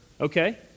Okay